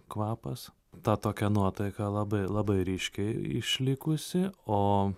kvapas tą tokią nuotaiką labai labai ryškiai išlikusi o